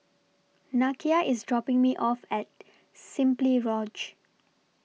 Nakia IS dropping Me off At Simply Lodge